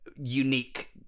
unique